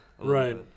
Right